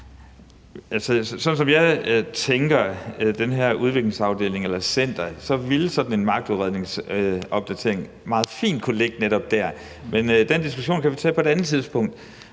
eller det her center, ville sådan en magtudredningsopdatering meget fint kunne ligge netop der, men den diskussion kan vi tage på et andet tidspunkt.